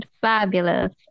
Fabulous